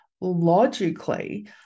logically